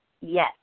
Yes